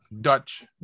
Dutch